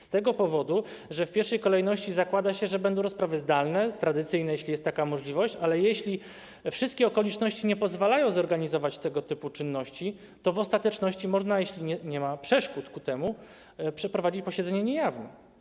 Z tego powodu, że w pierwszej kolejności zakłada się, że będą rozprawy zdalne, tradycyjne, jeśli jest taka możliwość, ale jeśli wszystkie okoliczności nie pozwalają zorganizować tego typu czynności, to w ostateczności można, jeśli nie ma przeszkód ku temu, przeprowadzić posiedzenie niejawne.